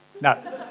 No